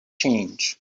change